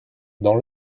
dans